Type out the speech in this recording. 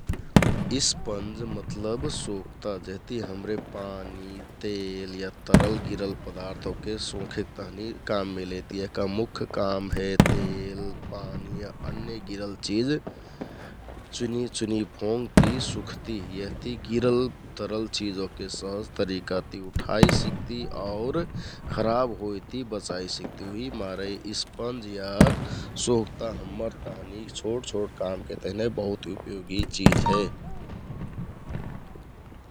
इसपन्ज मतलब सोकता जेहति हमरे पानी, तेल या तरल, गिरल पदार्थ ओहके सोंखेक तहनि हमरे काममे लैति । यहका मुख काम हे तेल, पानी या अन्य गिरल चिझ चुनिचुनि फोंग ति यि सुखति यहति गिरल तरल चिझ ओहके सहज तरिकाति उठाइ सिकति । आउ खराब होइति बचाइ सिकति उहिमारे इसपन्ज या सोकता हम्मर तहनि छोट ति छोट कामके तेहना बहुत उपयोगि चिझ हे